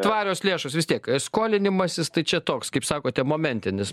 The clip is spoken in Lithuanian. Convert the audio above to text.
tvarios lėšos vis tiek skolinimasis tai čia toks kaip sakote momentinis